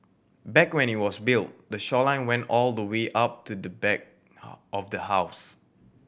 back when it was built the shoreline went all the way up to the back of the house